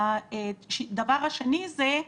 הדבר השני זה,